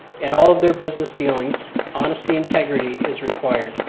and all of their business dealings honesty integrity is required.